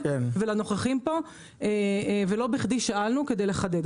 ולנוכחים פה ולא בכדי שאלנו כדי לחדד,